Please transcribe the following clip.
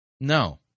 No